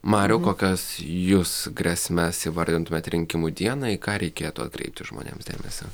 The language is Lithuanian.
mariau kokias jus grėsmes įvardintumėt rinkimų dieną į ką reikėtų atkreipti žmonėms dėmesį